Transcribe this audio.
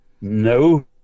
no